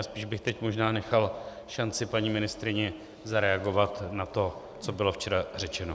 Spíše bych teď nechal šanci paní ministryni zareagovat na to, co bylo včera řečeno.